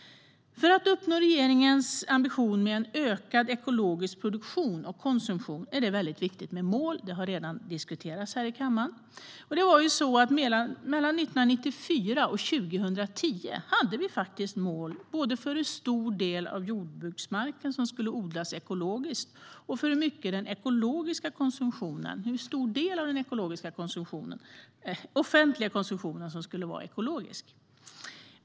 För att uppnå regeringens ambition med en ökad ekologisk produktion och konsumtion är det viktigt med mål. Det har redan diskuterats här i kammaren. Mellan 1994 och 2010 hade vi mål både för hur stor del av jordbruksmarken som skulle odlas ekologiskt och för hur mycket av den offentliga konsumtionen som skulle vara ekologisk.